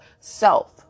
self